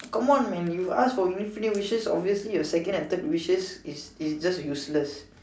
come on man you ask for infinity wishes obviously your second and third wishes is is just useless